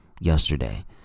Yesterday